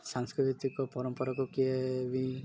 ସାଂସ୍କୃତିକ ପରମ୍ପରାକୁ କିଏ ବି